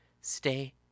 Stay